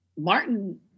Martin